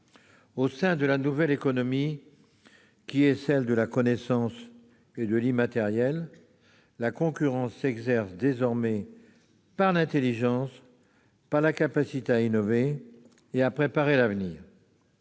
Au sein de la nouvelle économie, qui est celle de la connaissance et de l'immatériel, la concurrence s'exerce désormais par l'intelligence, par la capacité à innover et à préparer l'avenir.